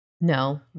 No